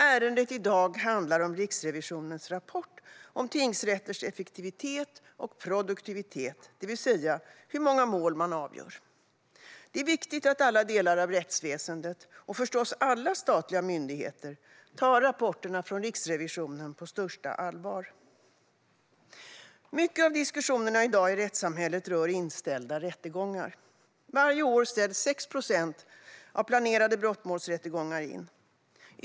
Ärendet i dag handlar om Riksrevisionens rapport om tingsrätters effektivitet och produktivitet - det vill säga hur många mål man avgör. Det är viktigt att alla delar av rättsväsendet, och förstås alla statliga myndigheter, tar rapporterna från Riksrevisionen på största allvar. Mycket av diskussionerna i dag i rättssamhället rör inställda rättegångar. Varje år ställs 6 procent av de planerade brottmålsrättegångarna in.